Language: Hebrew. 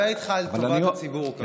אני מדבר איתך על טובת הציבור, אבל אני עונה.